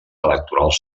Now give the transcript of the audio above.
electoral